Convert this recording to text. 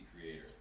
creator